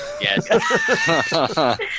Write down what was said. Yes